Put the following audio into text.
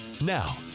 Now